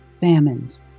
famines